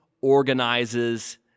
organizes